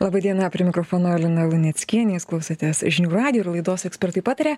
laba diena prie mikrofono lina luneckienė jūs klausotės žinių radijo ir laidos ekspertai pataria